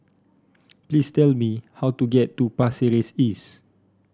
please tell me how to get to Pasir Ris East